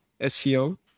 SEO